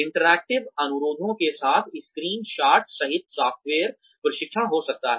interactive अनुरोधों के साथ स्क्रीन शॉट सहित सॉफ्टवेयर प्रशिक्षण हो सकता है